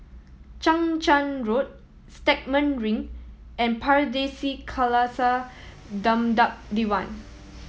Chang Charn Road Stagmont Ring and Pardesi Khalsa Dharmak Diwan